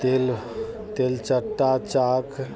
तेल तेलचट्टा चाक